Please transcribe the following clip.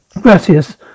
Gracias